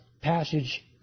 passage